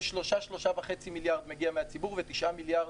כ-3.5-3 מיליארד מגיע מהציבור, ו-9 מיליארד